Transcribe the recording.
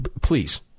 please